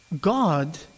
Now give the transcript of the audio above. God